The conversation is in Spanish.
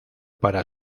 para